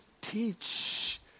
teach